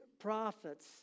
prophets